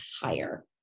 higher